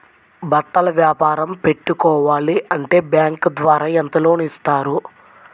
బట్టలు వ్యాపారం పెట్టుకోవాలి అంటే బ్యాంకు ద్వారా ఎంత లోన్ ఇస్తారు?